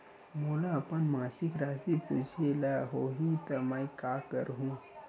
मोला अपन मासिक राशि पूछे ल होही त मैं का करहु?